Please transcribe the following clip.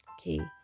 okay